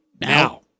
now